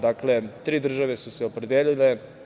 Dakle, tri države su se opredelile.